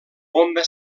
bomba